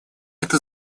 это